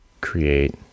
create